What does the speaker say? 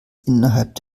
innerhalb